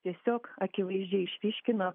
tiesiog akivaizdžiai išryškina